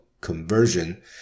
conversion